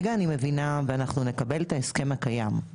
ואנחנו נקבל את ההסכם הקיים.